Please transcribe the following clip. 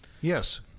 Yes